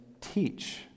teach